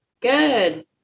Good